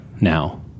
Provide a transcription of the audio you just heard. now